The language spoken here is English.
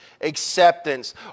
acceptance